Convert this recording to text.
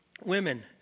women